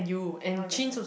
ya went back study